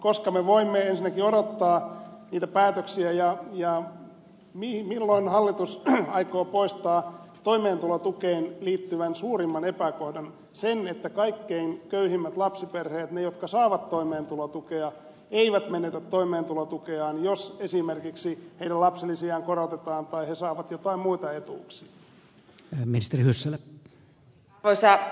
koska me voimme ensinnäkin odottaa niitä päätöksiä ja milloin hallitus aikoo poistaa toimeentulotukeen liittyvän suurimman epäkohdan niin että kaikkein köyhimmät lapsiperheet ne jotka saavat toimeentulotukea eivät menetä toimeentulotukeaan jos esimerkiksi heidän lapsilisiään korotetaan tai he saavat joitakin muita etuuksia